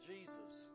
Jesus